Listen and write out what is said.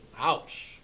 ouch